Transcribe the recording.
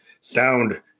sound